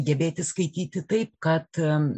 gebėti skaityti taip kad